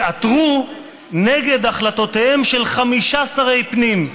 שעתרו נגד החלטותיהם של חמישה שרי פנים,